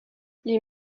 les